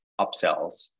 upsells